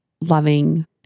loving